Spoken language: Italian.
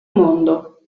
mondo